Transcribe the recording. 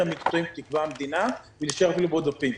המקצועיים שתקבע המדינה ולהישאר אפילו בעודפים,